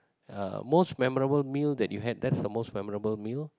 ya most memorable meal that you had that's the most memorable meal